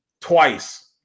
twice